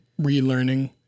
relearning